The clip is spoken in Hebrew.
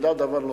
שנדע דבר נוסף.